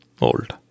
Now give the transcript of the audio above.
old